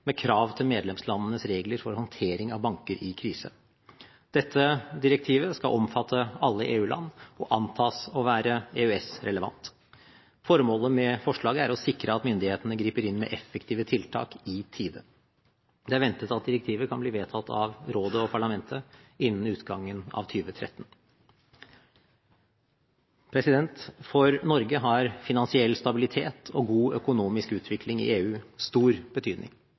med krav til medlemslandenes regler for håndtering av banker i krise. Dette direktivet skal omfatte alle EU-land og antas å være EØS-relevant. Formålet med forslaget er å sikre at myndighetene griper inn med effektive tiltak i tide. Det er ventet at direktivet kan bli vedtatt av rådet og parlamentet innen utgangen av 2013. For Norge har finansiell stabilitet og god økonomisk utvikling i EU stor betydning,